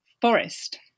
forest